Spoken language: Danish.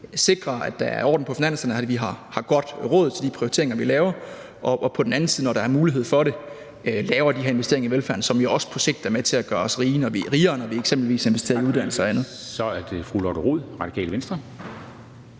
sikrer, at der er orden på finanserne, at vi har råd til de prioriteringer, vi laver, og at vi på den anden side, når der er mulighed for det, laver de her investeringer i velfærden, som jo også på sigt er med til at gøre os rigere – når vi eksempelvis investerer i uddannelse og andet.